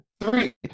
three